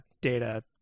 Data